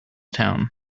town